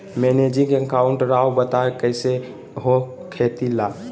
Managing account राव बताएं कैसे के हो खेती ला?